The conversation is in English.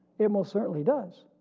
it most certainly does.